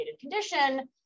condition